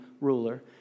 ruler